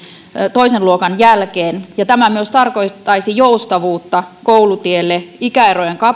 toisen luokan jälkeen ja tämä myös tarkoittaisi joustavuutta koulutielle ikäerojen